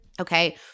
Okay